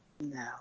No